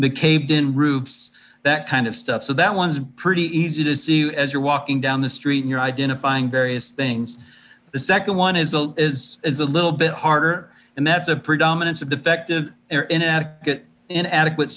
caved in roofs that kind of stuff so that one's pretty easy to see as you're walking down the street and you're identifying various things the second one is is is a little bit harder and that's a predominance of defective or inadequate